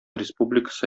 республикасы